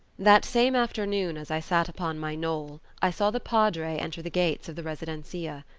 that same afternoon, as i sat upon my knoll, i saw the padre enter the gates of the residencia.